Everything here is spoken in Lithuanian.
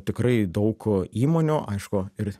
tikrai daug įmonių aišku ir